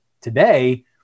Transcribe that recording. today